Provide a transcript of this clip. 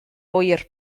ŵyr